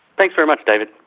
thanks very much david.